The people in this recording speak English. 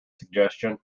suggestion